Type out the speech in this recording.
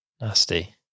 Nasty